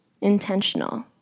Intentional